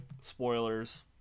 spoilers